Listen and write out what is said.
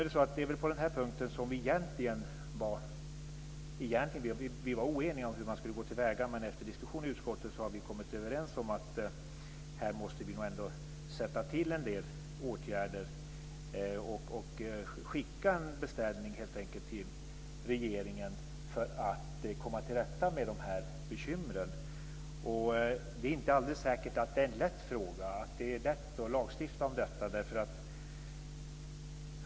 Det är på denna punkt som vi egentligen var oeniga om hur man skulle gå till väga, men efter diskussion i utskottet har vi kommit överens om att vi ändå måste sätta in en del åtgärder och helt enkelt skicka en beställning till regeringen för att komma till rätta med bekymren. Det är inte alldeles säkert att detta är en lätt fråga som det är lätt att lagstifta om.